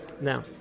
Now